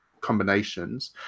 combinations